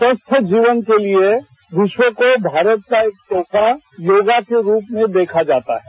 स्वस्थ जीवन के लिए विश्व को भारत का एक तोहफा योगा के रूप में देखा जाता है